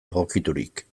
egokiturik